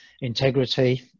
integrity